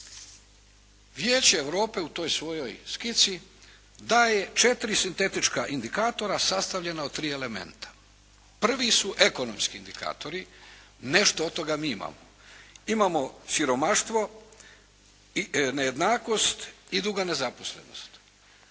Vijeće Europe u toj svojoj skici daje 4 sintetička indikatora sastavljena od 3 elementa. Prvi su ekonomski indikatori, nešto od toga mi imamo. Imamo siromaštvo, nejednakost i duga nezaposlenost.